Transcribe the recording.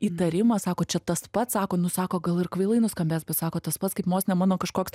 įtarimas sako čia tas pats sako nu sako gal ir kvailai nuskambės bet sako tas pats kaip vos ne mano kažkoks